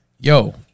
yo